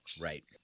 right